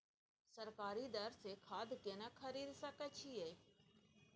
सरकारी दर से खाद केना खरीद सकै छिये?